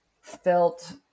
felt